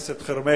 חבר הכנסת חרמש,